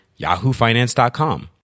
yahoofinance.com